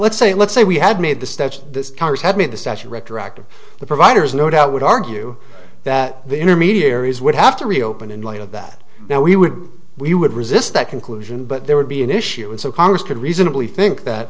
let's say let's say we had made the statute this congress had made the statute retroactive the providers no doubt would argue that the intermediaries would have to reopen in lieu of that now we would we would resist that conclusion but there would be an issue and so congress could reasonably think that